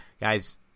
guys